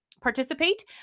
participate